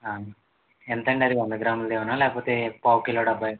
ఎంతండి అది వంద గ్రాములది ఇవ్వనా లేపోతే పావుకిలో డబ్బా ఇ